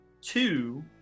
two